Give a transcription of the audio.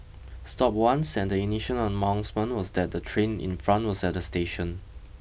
stopped once and the initial announcement was that the train in front was at the station